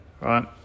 right